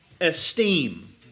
esteem